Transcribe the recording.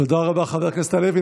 תודה רבה, חבר הכנסת הלוי.